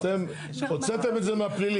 אתם הוצאתם את זה מהפלילי,